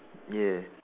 ya